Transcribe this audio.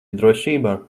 drošībā